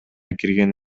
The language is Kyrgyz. кирген